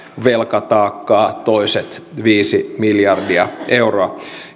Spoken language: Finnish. velkataakkaa toiset viisi miljardia euroa